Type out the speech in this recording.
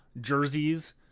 jerseys